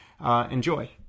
Enjoy